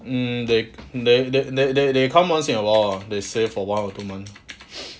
mm they they they they they come once in a while lah they stay for one or two months